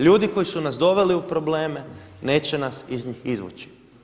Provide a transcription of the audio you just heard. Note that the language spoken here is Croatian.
Ljudi koji su nas doveli u probleme neće nas iz njih izvući.